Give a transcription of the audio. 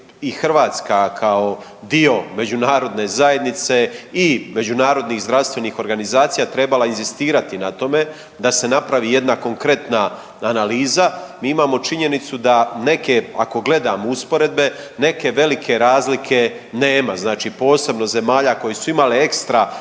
Hrvatska kao dio međunarodne zajednice i međunarodnih zdravstvenih organizacija trebala inzistirati na tome da se napravi jedna konkretna analiza. Mi imamo činjenicu da neke ako gledamo usporedbe neke velike razlike nema, znači posebno zemalja koje su imale ekstra